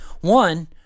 one